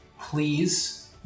please